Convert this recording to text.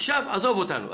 עזוב אותנו.